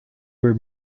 were